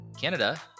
Canada